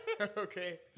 Okay